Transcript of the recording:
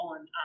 on